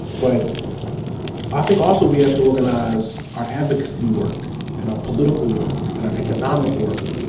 but i think also we have to organize our advocacy work and our political work and our economic work